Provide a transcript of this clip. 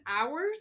hours